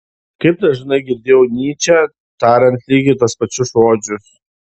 kaip dažnai girdėjau nyčę tariant lygiai tuos pačius žodžius